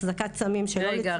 החזקת סמים שלא --- רגע,